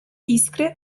iskry